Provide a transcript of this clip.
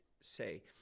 say